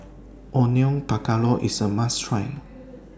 Onion Pakora IS A must Try